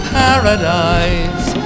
paradise